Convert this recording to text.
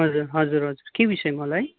हजुर हजुर हजुर के विषयमा होला है